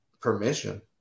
permission